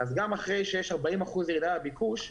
כך שגם אחרי שיש 40 אחוזים ירידה בביקוש,